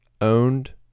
owned